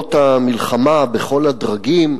עקרונות המלחמה בכל הדרגים.